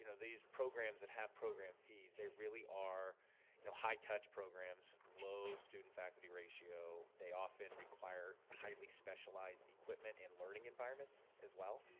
these programs that have program fees, they really are you know high touch programs, low student-faculty ratio, they often require highly specialized equipment and learning environment as well.